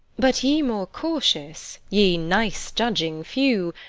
but ye more cautious, ye nice-judging few,